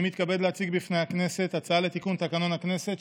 אני מתכבד להציג בפני הכנסת הצעה לתיקון תקנון הכנסת,